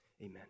amen